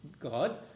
God